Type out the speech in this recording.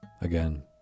Again